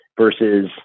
versus